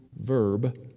verb